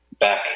back